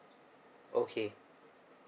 okay